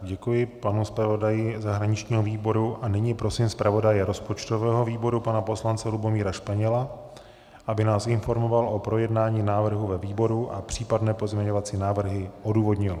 Děkuji panu zpravodaji zahraničního výboru a nyní prosím zpravodaje rozpočtového výboru pana poslance Lubomíra Španěla, aby nás informoval o projednání návrhu ve výboru a případné pozměňovací návrhy odůvodnil.